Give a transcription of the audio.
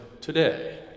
today